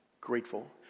grateful